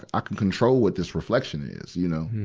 i can control what this reflection is, you know.